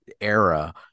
era